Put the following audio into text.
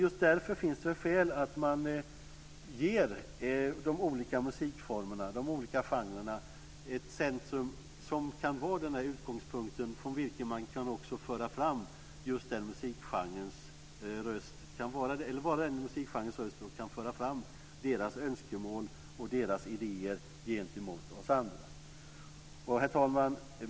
Just därför finns det väl skäl att ge de olika musikformerna, de olika genrerna, centrum som kan vara utgångspunkter från vilka man också kan föra fram just den aktuella musikgenrens röst, som kan vara den musikgenrens röst och föra fram dess önskemål och idéer gentemot oss andra. Herr talman!